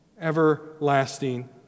Everlasting